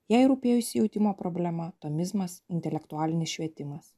jai rūpėjo įsijautimo problema tomizmas intelektualinis švietimas